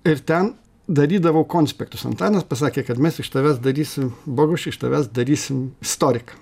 ir ten darydavau konspektus antanas pasakė kad mes iš tavęs darysim boguši iš tavęs darysim istoriką